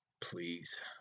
Please